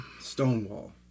stonewall